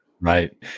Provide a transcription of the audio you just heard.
Right